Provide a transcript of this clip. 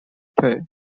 prey